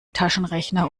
taschenrechner